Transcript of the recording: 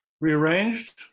rearranged